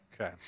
Okay